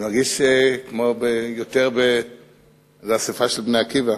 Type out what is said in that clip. אני מרגיש יותר כמו באספה של "בני עקיבא".